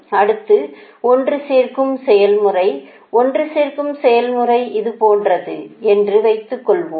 அடுத்து ஒன்றுசேர்க்கும் செயல்முறை ஒன்றுசேர்க்கும் செயல்முறை இது போன்றது என்று வைத்துக்கொள்வோம்